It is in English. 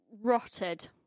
rotted